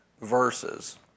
verses